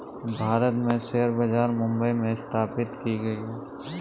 भारत में शेयर बाजार मुम्बई में स्थापित की गयी है